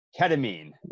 Ketamine